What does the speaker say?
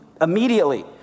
Immediately